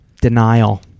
Denial